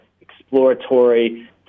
Exploratory